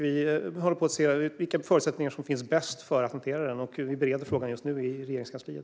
Vi håller på att titta på hur vi bäst hanterar den. Vi bereder frågan just nu i Regeringskansliet.